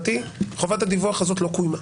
חובת הדיווח הזו לא קוימה,